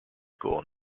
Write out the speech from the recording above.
school